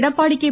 Edappadi K